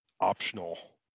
optional